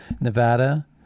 Nevada